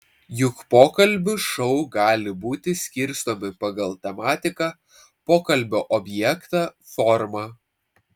juk pokalbių šou gali būti skirstomi pagal tematiką pokalbio objektą formą